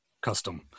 custom